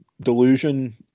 delusion